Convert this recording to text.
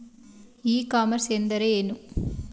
E commerce ಎಂದರೆ ಏನು?